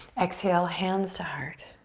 exhale, hands to heart.